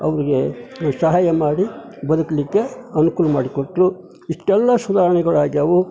ಅವರಿಗೆ ಸಹಾಯ ಮಾಡಿ ಬದುಕಲಿಕ್ಕೆ ಅನ್ಕೂಲ ಮಾಡಿ ಕೊಟ್ಟರು ಇಷ್ಟೆಲ್ಲ ಸುಧಾರಣೆಗಳಾಗ್ಯಾವು